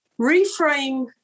Reframe